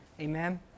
Amen